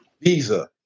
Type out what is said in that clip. Visa